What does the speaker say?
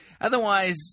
Otherwise